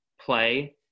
play